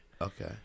Okay